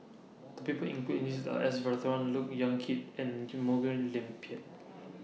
The People included in The list Are S Look Yan Kit and Morgen William Pett